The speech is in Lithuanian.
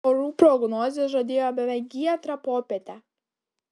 orų prognozė žadėjo beveik giedrą popietę